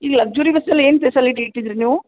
ಈ ಲಕ್ಜುರಿ ಬಸ್ಸಲ್ಲಿ ಏನು ಫೆಸಲಿಟಿ ಇಟ್ಟಿದ್ದೀರಿ ನೀವು